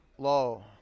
Low